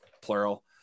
plural